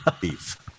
Beef